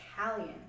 Italian